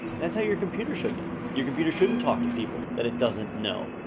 that's how your computer should be. your computer shouldn't talk to people that it doesn't know,